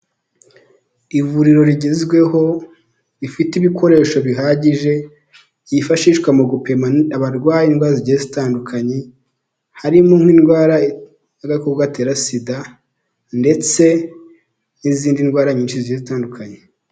Ivuriro rigezweho rifite ibikoresho bihagije byifashishwa mu gupima abarwaye indwara zigiye zitandukanye, harimo nk'indwara y'agakoko gatera sida ndetse n'izindi ndwara nyinshi zigiye zitandukanye.